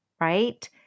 right